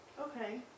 Okay